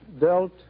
dealt